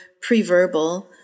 pre-verbal